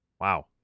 Wow